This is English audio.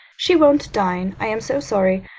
she won't dine. i am so sorry.